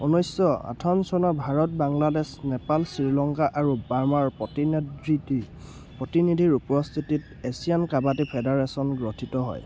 ঊনৈছশ আঠাৱন চনৰ ভাৰত বাংলাদেশ নেপাল শ্ৰীলংকা আৰু বাৰ্মাৰ প্ৰতিনিধ্ৰীটি প্ৰতিনিধিৰ উপস্থিতিত এছিয়ান কাবাডী ফেডাৰেশ্যন গঠিত হয়